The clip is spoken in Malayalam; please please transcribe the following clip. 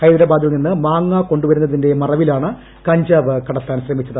ഹൈദരാബ്ുദ്ദിൽ നിന്ന് മാങ്ങാ കൊണ്ടുവരുന്നതിന്റെ മറവിലാണ് കണ്ടുപ്പ്പ് കടത്താൻ ശ്രമിച്ചത്